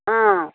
अँ